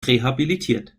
rehabilitiert